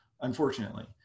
unfortunately